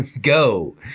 go